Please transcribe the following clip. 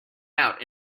out